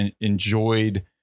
enjoyed